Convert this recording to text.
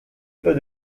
pas